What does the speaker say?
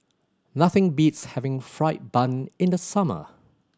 nothing beats having fried bun in the summer